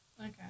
Okay